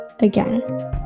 again